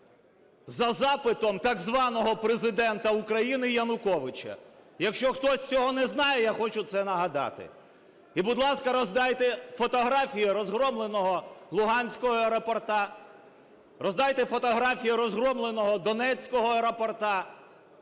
за запитом так званого Президента України Януковича. Якщо хтось цього не знає, я хочу це нагадати. І, будь ласка, роздайте фотографії розгромленого Луганського аеропорту, роздайте фотографії розгромленого Донецького аеропорту